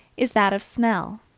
is that of smell.